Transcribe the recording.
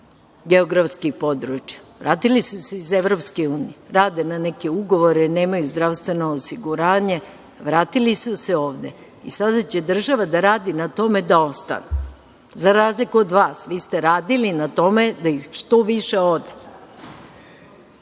geografskih područja. Vratili su se iz EU. Rade na neke ugovore, nemaju zdravstveno osiguranje. Vratili su se ovde. I sada će država da radi na tome da ostanu. Za razliku od vas, vi ste radili na tome da ih što više